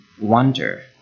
wonder